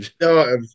No